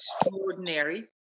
extraordinary